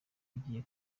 igiye